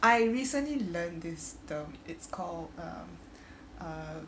I recently learn this term it's called um um